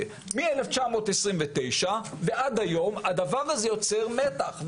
מ-1929 ועד היום הדבר הזה יוצר מתח,